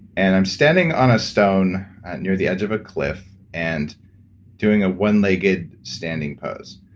and i'm standing on a stone at near the edge of a cliff and doing a one legged standing pose.